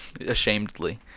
ashamedly